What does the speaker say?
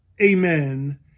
amen